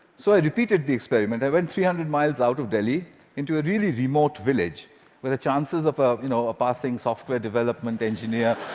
so i repeated the experiment. i went three hundred miles out of delhi into a really remote village where the chances of of you know a passing software development engineer